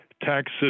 tax